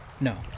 No